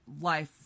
Life